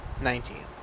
nineteen